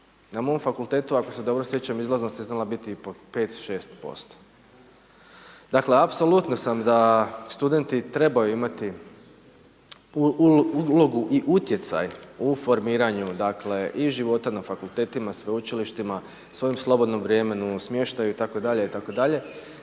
Na mom fakultetu ako se dobro sjećam, izlaznost je znala biti i po 5-6%. Dakle, apsolutno sam da studenti trebaju imati ulogu i utjecaj u formiranju, dakle i života na fakultetima, sveučilištima, svojem slobodnom vremenu, smještaju, itd., itd.,